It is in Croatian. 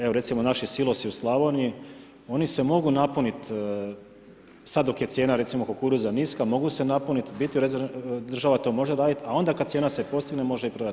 Evo recimo naši silosi u Slavoniji, oni se mogu napuniti sad dok je cijena recimo kukuruza niska, mogu se napuniti, država to može odraditi a onda kad cijena se postigne može je prodat.